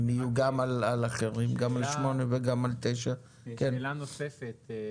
יהיו גם על סעיף 8 וגם על 9. שאלה נוספת,